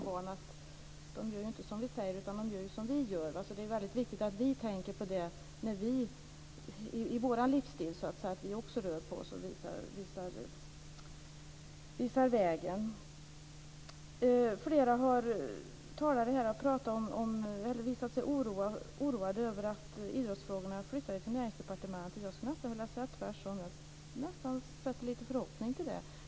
Barn gör inte som vi säger utan de gör som vi gör. Det är väldigt viktigt att vi tänker på det i vår livsstil, dvs. att vi också rör på oss och visar vägen. Flera talare har varit oroade över att idrottsfrågorna flyttades till Näringsdepartementet. Jag skulle vilja säga tvärtom, nämligen att jag sätter en förhoppning till detta.